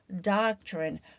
doctrine